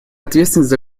ответственность